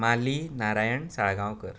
Mali Narayan Salgaonkar